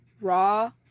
raw